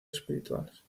espirituals